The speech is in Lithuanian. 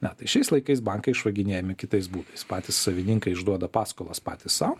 na tai šiais laikais bankai išvaginėjami kitais būdais patys savininkai išduoda paskolas patys sau